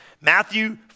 Matthew